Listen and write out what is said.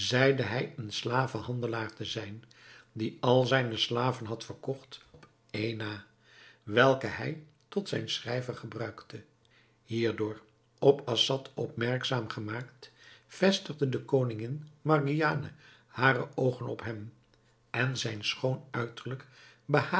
zeide hij een slavenhandelaar te zijn die al zijne slaven had verkocht op één na welke hij tot zijn schrijver gebruikte hierdoor op assad opmerkzaam gemaakt vestigde de koningin margiane hare oogen op hem en zijn schoon uiterlijk behaagde